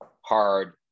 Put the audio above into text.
hard